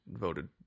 voted